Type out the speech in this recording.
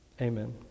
Amen